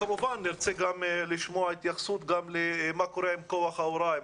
כמובן נרצה לשמוע התייחסות גם למה קורה עם כוח ההוראה,